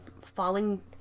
Falling